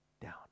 down